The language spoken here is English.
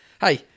hey